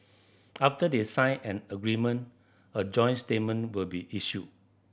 after they sign an agreement a joint statement will be issued